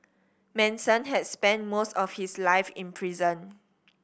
Manson had spent most of his life in prison